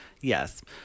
Yes